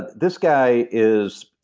this guy is.